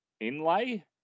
Inlay